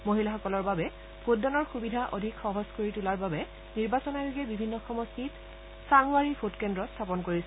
মহিলাসকলৰ বাবে ভোটদানৰ সুবিধা অধিক সহজ কৰি তোলাৰ বাবে নিৰ্বাচন আয়োগে বিভিন্ন সমষ্টিত ছাংৱাৰি ভোটকেন্দ্ৰ স্থাপন কৰিছে